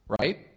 right